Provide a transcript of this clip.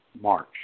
March